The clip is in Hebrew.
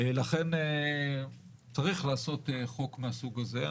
לכן צריך לעשות חוק מהסוג הזה.